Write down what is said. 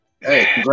hey